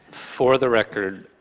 for the record,